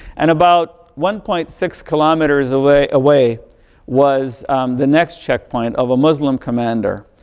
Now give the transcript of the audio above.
and about one point six kilometers away away was the next checkpoint of a muslim commander.